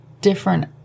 different